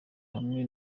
hamwe